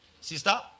Sister